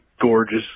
gorgeous